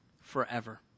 forever